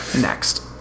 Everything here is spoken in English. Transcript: next